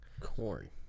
Corn